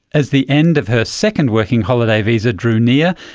as the end of her second working holiday visa drew near,